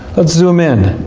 let's zoom in.